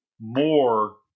more